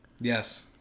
Yes